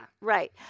Right